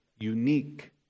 unique